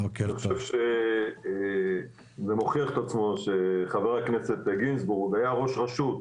אני חושב שזה מוכיח את עצמו שחבר הכנסת גינזבורג היה ראש רשות,